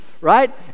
Right